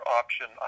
option